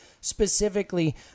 specifically